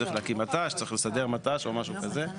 שצריך להקים מט"ש, שצריך לסדר מט"ש, או משהו כזה.